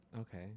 Okay